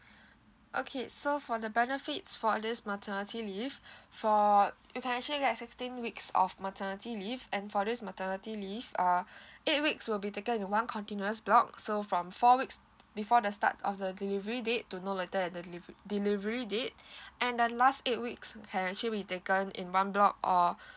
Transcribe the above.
okay so for the benefits for this maternity leave for you can actually get sixteen weeks of maternity leave and for this maternity leave uh eight weeks will be taken in one continuous block so from four weeks before the start of the delivery date to no later than the delivery delivery date and the last eight weeks can actually be taken in one block or